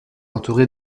entouré